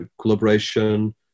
collaboration